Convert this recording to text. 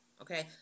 okay